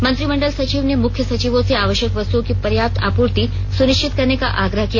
मंत्रिमंडलसचिव ने मुख्य सचिवों से आवश्यक वस्तुओं की पर्याप्त आपूर्ति सुनिश्चित करने का आग्रह किया